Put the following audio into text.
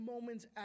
moments